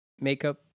makeup